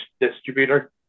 distributor